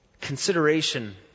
Consideration